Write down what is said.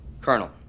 Colonel